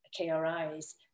KRI's